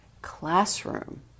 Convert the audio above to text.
classroom